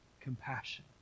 compassion